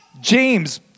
James